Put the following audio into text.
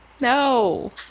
no